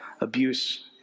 abuse